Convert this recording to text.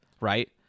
Right